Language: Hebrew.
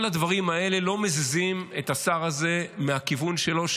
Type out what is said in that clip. כל הדברים האלה לא מזיזים את השר הזה מהכיוון שלו,